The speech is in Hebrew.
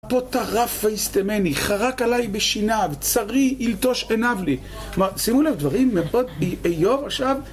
אפו טרף וישטמני, חרק עליי בשיניו, צרי ילטוש עיניו לי זאת אומרת, שימו לב דברים מאוד איוב עכשיו